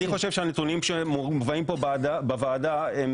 אני חושב שהנתונים שמובאים פה בוועדה הם